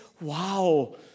wow